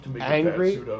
angry